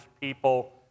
people